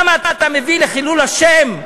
למה אתה מביא לחילול השם,